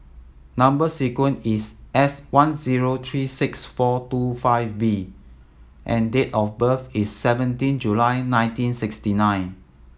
number sequence is S one zero three six four two five B and date of birth is seventeen July nineteen sixty nine